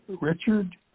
Richard